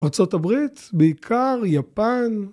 ארה״ב בעיקר יפן